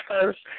first